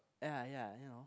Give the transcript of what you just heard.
ya yeah you know